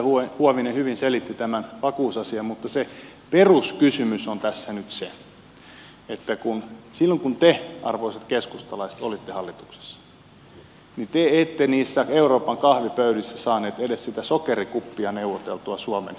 edustaja huovinen hyvin selitti tämän vakuusasian mutta se peruskysymys on tässä nyt se että silloin kun te arvoisat keskustalaiset olitte hallituksessa niin te ette niissä euroopan kahvipöydissä saaneet edes sitä sokerikuppia neuvoteltua suomen neuvottelijana